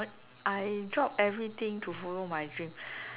I drop everything to follow my dream